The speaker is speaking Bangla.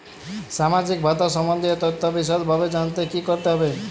সামাজিক ভাতা সম্বন্ধীয় তথ্য বিষদভাবে জানতে কী করতে হবে?